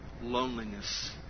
loneliness